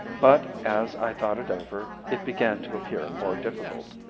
but as i thought it over it began to appear more difficult.